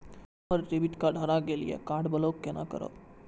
हमर debit card हरा गेल ये कार्ड ब्लॉक केना करब?